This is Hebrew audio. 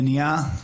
מניעה,